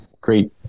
great